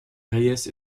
reyes